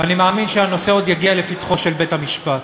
ואני מאמין שהנושא עוד יגיע לפתחו של בית-המשפט,